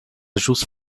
ĵus